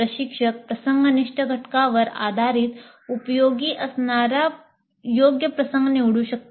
प्रशिक्षक प्रसंगनिष्ठ घटकांवर आधारित उपयोगी असणारा योग्य प्रसंग निवडू शकतात